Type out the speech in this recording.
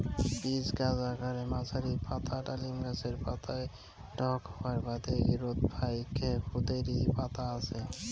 pitch গছ আকারে মাঝারী, পাতা ডালিম গছের পাতার ঢক হওয়ার বাদে গোরোত ফাইক ক্ষুদিরী পাতা আছে